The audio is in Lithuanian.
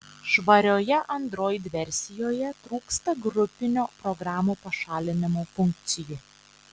švarioje android versijoje trūksta grupinio programų pašalinimo funkcijų